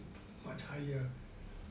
much higher